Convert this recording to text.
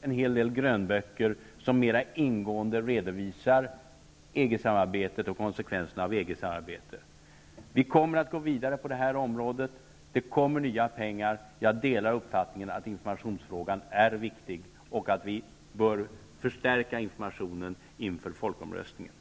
en del grönböcker utgivits som mera ingående redovisar konsekvenserna av EG-samarbete. Vi kommer att gå vidare på det här området. Det kommer nya pengar. Jag delar uppfattningen att frågan om information är viktig och att informationen bör förstärkas inför folkomröstningen.